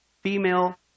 female